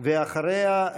ואחריה,